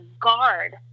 guard